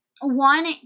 one